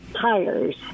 tires